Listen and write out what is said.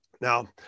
Now